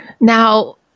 Now